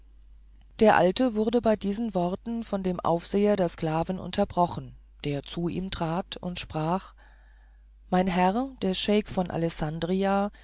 der alte wurde bei diesen worten von dem aufseher der sklaven unterbrochen der zu ihm trat und sprach mein herr der scheik von alessandria